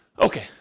okay